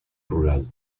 rural